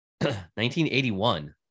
1981